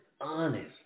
honest